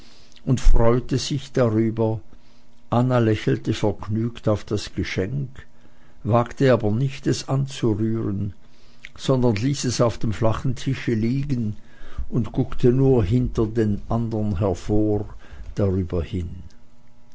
und freute sich darüber anna lächelte vergnügt auf das geschenk wagte aber nicht es anzurühren sondern ließ es auf dem flachen tische liegen und guckte nur hinter den anderen hervor darüber hin